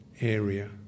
area